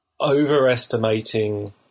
overestimating